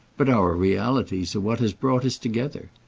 but our realities are what has brought us together.